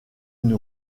une